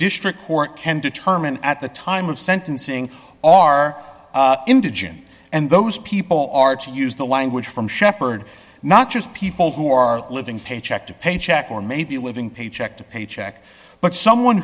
district court can determine at the time of sentencing are indigent and those people are to use the language from shepherd not just people who are living paycheck to paycheck or maybe living paycheck to paycheck but someone